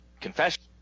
confession